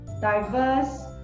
diverse